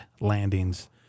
landings